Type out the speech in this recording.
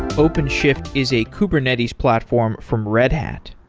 openshift is a kubernetes platform from red hat.